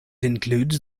includes